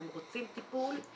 הם רוצים טיפול.